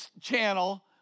channel